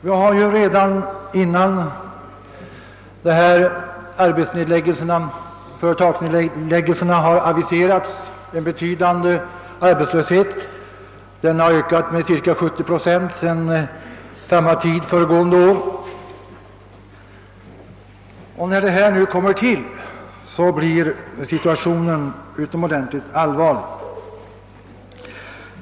Vi hade ju redan innan företagsnedläggningarna aviserades en betydande arbetslöshet; den har ökat med cirka 70 procent sedan samma tid föregående år. När nu dessa företagsnedläggningar kommer till blir situationen utomordentligt allvarlig.